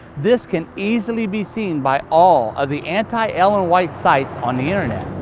this can easily be seen by all ah the anti-ellen white sites on the internet.